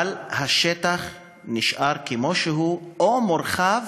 אבל השטח נשאר כמו שהוא, או מורחב